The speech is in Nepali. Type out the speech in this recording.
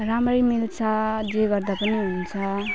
राम्ररी मिल्छ जे गर्दा पनि हुन्छ